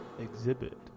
Exhibit